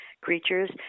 creatures